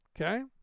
Okay